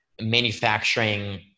manufacturing